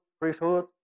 priesthood